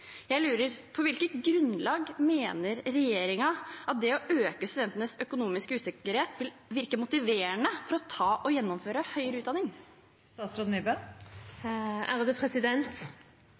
Jeg lurer: På hvilket grunnlag mener regjeringen at det å øke studentenes økonomiske usikkerhet vil virke motiverende for å ta og gjennomføre høyere